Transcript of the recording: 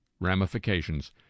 ramifications